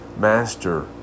Master